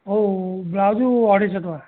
ହଉ ହଉ ବ୍ଲାଉଜ ଅଢ଼େଇଶହ ଟଙ୍କା